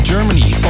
Germany